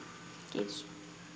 kiitos